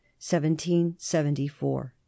1774